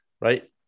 right